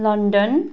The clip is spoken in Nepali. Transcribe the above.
लन्डन